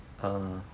err